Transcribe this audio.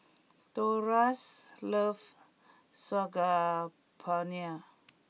Dolores loves Saag Paneer